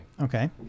Okay